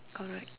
correct